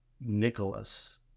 Nicholas